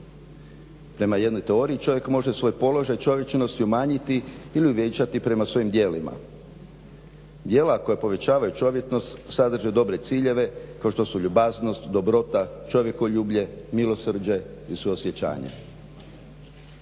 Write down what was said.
Prema jednoj teoriji čovjek može svoj položaj čovječnosti umanjiti ili uvećati prema svojim djelima. Djela koja povećavaju čovječnost sadrže dobre ciljeve kao što su ljubaznost, dobrota, čovjekoljublje, milosrđe i suosjećanje.